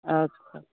अच्छा